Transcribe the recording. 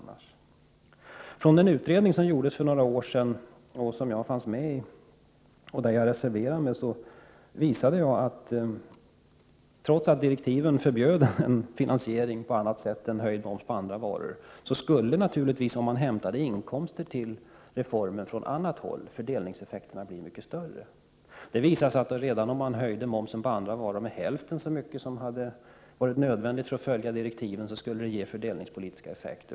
När det gäller den utredning som arbetade för några år sedan och där jag satt med — jag reserverade mig då — påvisade jag att fördelningseffekterna, trots att direktiven förbjöd en finansiering på annat sätt än genom höjd moms på andra varor, skulle bli mycket stora, om man tog in pengar på reformen på annat håll. Även om man höjde momsen på andra varor hälften så mycket som hade varit nödvändigt för att följa direktiven, skulle det ge fördelningspolitiska effekter.